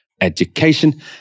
education